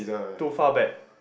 too far back